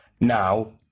Now